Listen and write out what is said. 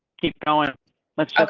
keep going but ah